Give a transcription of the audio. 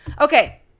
Okay